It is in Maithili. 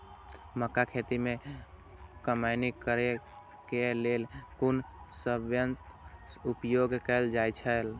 मक्का खेत में कमौनी करेय केय लेल कुन संयंत्र उपयोग कैल जाए छल?